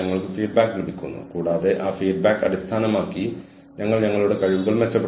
നൽകപ്പെട്ട resource heterogeneity resource അചഞ്ചലത മൂല്യം അപൂർവ്വത അപൂർണ്ണമായ അനുകരണം എന്നിവയുടെ ആവശ്യകതകളുടെ സംതൃപ്തി